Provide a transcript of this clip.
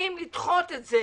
נשאלת השאלה האם לדחות את זה,